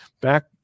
Back